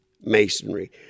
masonry